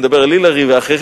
אני מדבר על הילרי ואחרים,